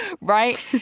right